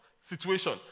situation